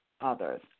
others